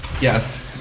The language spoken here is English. Yes